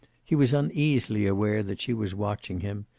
he was uneasily aware that she was watching him,